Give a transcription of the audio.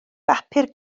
bapur